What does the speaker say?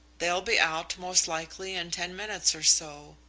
they'll be out, most likely, in ten minutes or so.